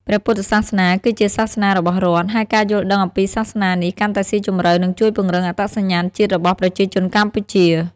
ព្រះពុទ្ធសាសនាគឺជាសាសនារបស់រដ្ឋ ហើយការយល់ដឹងអំពីសាសនានេះកាន់តែស៊ីជម្រៅ នឹងជួយពង្រឹងអត្តសញ្ញាណជាតិរបស់ប្រជាជនកម្ពុជា។